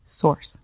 source